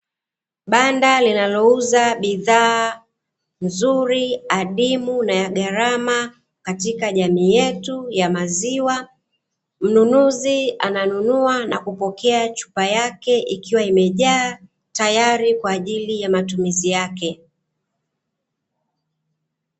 Banda linalouza bidhaa nzuri, adimu na ya gharama katika jamii yetu ya maziwa. Mnunuzi ananunua na kupokea chupa yake ikiwa imejawa, tayari kwa ajili ya matumizi yake.